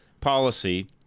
policy